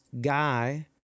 guy